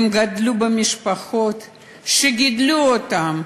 הם גדלו במשפחות שגידלו אותם: